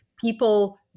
people